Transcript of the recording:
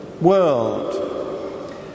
World